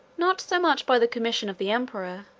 not so much by the commission of the emperor,